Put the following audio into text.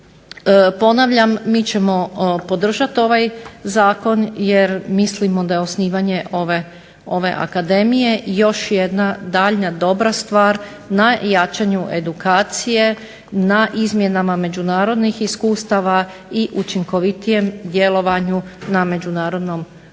ponavljam, mi ćemo podržati ovaj zakon jer mislimo da je osnivanje ove akademije još jedna daljnja dobra stvar na jačanju edukacije, na izmjenama međunarodnih iskustava i učinkovitijem djelovanju na međunarodnom planu